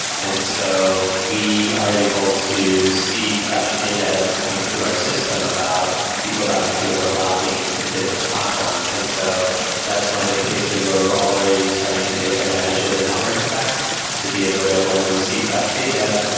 and so we are able to see fresh data that's coming through our system about people that might be overlapping in and different platforms. and so that's one of the cases where we're already starting to take advantage of the network effects to be able to when we see fresh data,